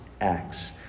Acts